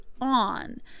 on